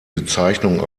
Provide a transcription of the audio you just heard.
bezeichnung